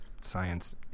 science